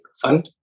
fund